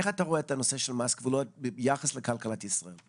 איך אתה רואה את הנושא של מס גבולות ביחס לכלכלת ישראל.